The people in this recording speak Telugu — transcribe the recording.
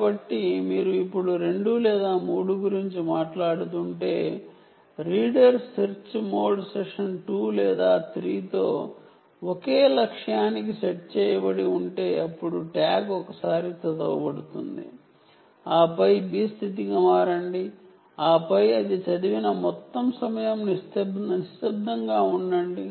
కాబట్టి రీడర్ సెర్చ్ మోడ్ సెషన్ 2 లేదా 3 తో ఒకే టార్గెట్ కి సెట్ చేయబడి ఉంటే అప్పుడు ట్యాగ్ ఒకసారి చదవబడుతుంది ఆపై B స్టేట్ కి మారుతుంది ఆపై అది రీడ్ ఫీల్డ్ మొత్తం సమయం నిశ్శబ్దంగా ఉంటుంది